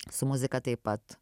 su muzika taip pat